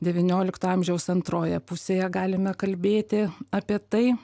devyniolikto amžiaus antroje pusėje galime kalbėti apie tai